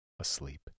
asleep